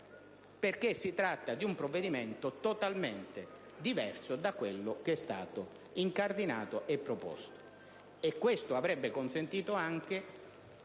perché si tratta di un provvedimento totalmente diverso da quello che è stato incardinato e proposto. Questo avrebbe consentito anche